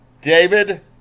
David